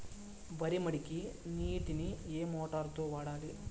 వరి మడికి నీటిని ఏ మోటారు తో వాడాలి?